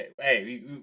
Hey